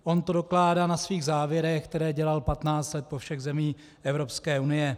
On to dokládá na svých závěrech, které dělal 15 let po všech zemích Evropské unie.